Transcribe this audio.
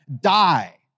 Die